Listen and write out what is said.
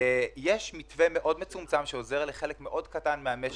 יש מתווה מאוד מצומצם שעוזר לחלק מאוד קטן של המשק,